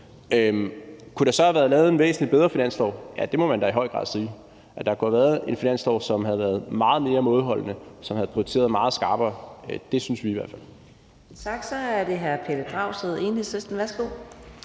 Kunne der så have været lavet en væsentlig bedre finanslov? Ja, det må man da i høj grad sige. Der kunne have været en finanslov, som havde været meget mere mådeholdende og havde prioriteret meget skarpere. Det synes vi i hvert fald.